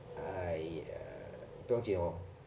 !aiya! 不用紧